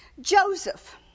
Joseph